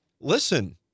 listen